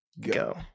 Go